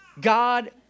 God